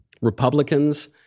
Republicans